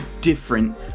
different